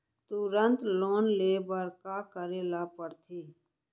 तुरंत लोन ले बर का करे ला पढ़थे?